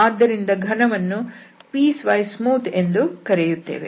ಆದ್ದರಿಂದ ಘನವನ್ನು piecewise smooth surface ಎಂದು ಕರೆಯುತ್ತೇವೆ